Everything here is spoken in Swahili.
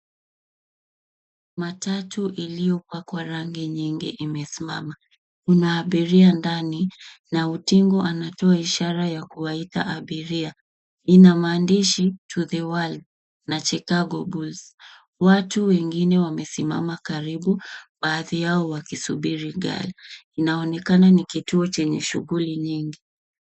Matatu iliyopakwa rangi nyingi imesimama, kuna abiria ndani na utingo anatoa ishara ya kuwaita abiria. Ina maandishi to the world na chicago bulls . Watu wengine wamesimama karibu baadhi yao wakisuburi gari, inaonekana ni kituo chenye shughuli nyingi.